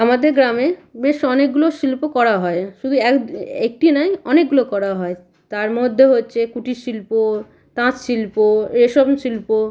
আমাদের গ্রামে বেশ অনেকগুলো শিল্প করা হয় শুধু এক একটি নয় অনেকগুলো করা হয় তার মধ্যে হচ্ছে কুটির শিল্প তাঁত শিল্প রেশম শিল্প